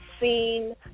seen